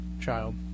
child